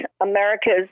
America's